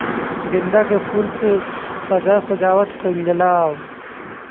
गेंदा के फूल से साज सज्जावट कईल जाला